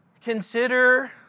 Consider